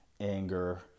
Anger